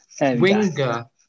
Winger